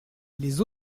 les